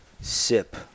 sip